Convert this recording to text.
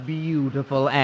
beautiful